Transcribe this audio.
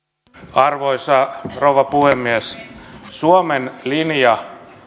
arvoisa rouva puhemies suomen linja